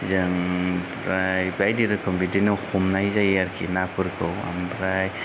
जों आमफ्राय बायदि रोखोम बिदिनो हमनाय जायो आरो नाफोरखौ ओमफ्राय